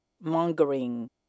mongering